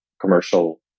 commercial